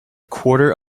quarter